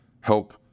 help